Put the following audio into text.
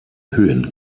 höhen